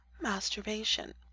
masturbation